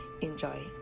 Enjoy